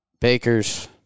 Bakers